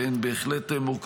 והן בהחלט מורכבות.